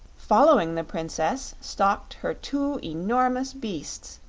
following the princess stalked her two enormous beasts,